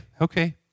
okay